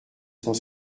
cent